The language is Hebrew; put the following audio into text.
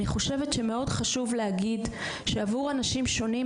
אני חושבת שמאוד חשוב להגיד שעבור אנשים שונים,